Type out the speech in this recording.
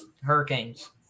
Hurricanes